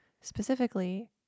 specifically